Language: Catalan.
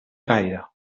caire